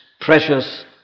precious